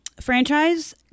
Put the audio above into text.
franchise